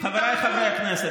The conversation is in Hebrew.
חבריי חברי הכנסת,